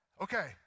Okay